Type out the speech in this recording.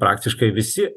praktiškai visi